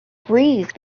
breeze